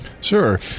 Sure